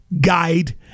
guide